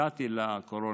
הגעתי לקורונה,